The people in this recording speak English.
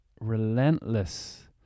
relentless